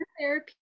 therapy